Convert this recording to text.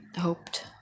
hoped